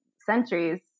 centuries